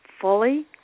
fully